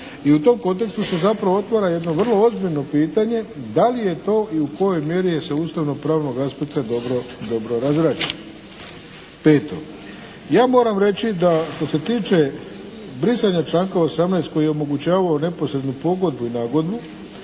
I u tom kontekstu se zapravo otvara jedno vrlo ozbiljno pitanje da li je to i u kojoj mjeri je sa ustavnopravnog aspekta dobro razrađeno. Peto, ja moram reći da što se tiče brisanja članka 18. koji je omogućavao neposrednu pogodbu i nagodbu